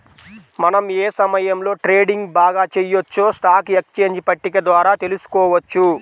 మనం ఏ సమయంలో ట్రేడింగ్ బాగా చెయ్యొచ్చో స్టాక్ ఎక్స్చేంజ్ పట్టిక ద్వారా తెలుసుకోవచ్చు